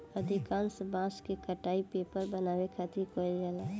अधिकांश बांस के कटाई पेपर बनावे खातिर कईल जाला